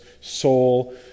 soul